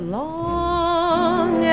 long